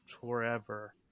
forever